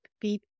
beep